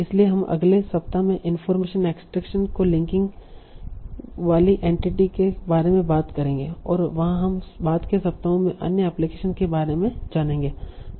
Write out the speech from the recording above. इसलिए हम अगले सप्ताह में इनफार्मेशन एक्सट्रैक्शन को लिंकिंग वाली एंटिटी के बारे में बात करेंगे और वहाँ हम बाद के सप्ताहों में अन्य एप्लीकेशनस के बारे में जानेंगे